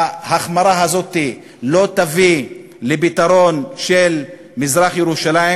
ההחמרה הזאת לא תביא לפתרון של מזרח-ירושלים,